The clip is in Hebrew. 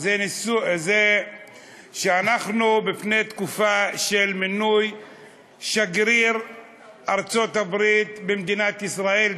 זה שאנחנו לפני תקופה של מינוי שגריר ארצות-הברית במדינת ישראל,